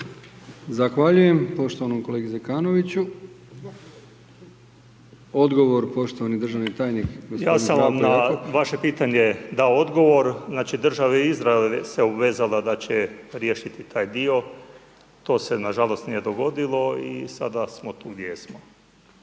Zahvaljujem poštovanom kolegi Zekanoviću. Odgovor poštovani državni tajnik g. Zdravko Jakop. **Jakop, Zdravko** Ja sam na vaše pitanje dao odgovor, znači država Izrael se obvezala da će riješiti taj dio, to se, nažalost, nije dogodilo i sada smo tu gdje jesmo,